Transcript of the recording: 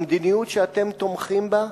המדיניות שאתם תומכים בה,